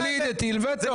ווליד הטיל וטו.